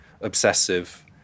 obsessive